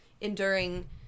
enduring